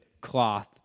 cloth